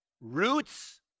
Roots